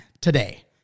today